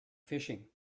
fishing